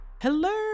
Hello